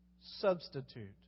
substitute